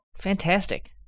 Fantastic